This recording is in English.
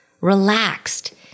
relaxed